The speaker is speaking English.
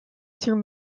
through